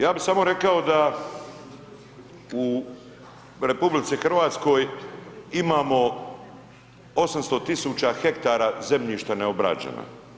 Ja bi samo rekao da u RH imamo 800 000 hektara zemljišta neobrađena.